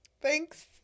thanks